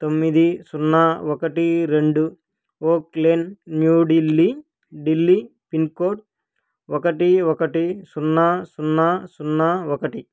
తొమ్మిది సున్నా ఒకటి రెండు Oak Lane New Delhi Delhi pin code ఒకటి ఒకటి సున్నా సున్నా సున్నా ఒకటి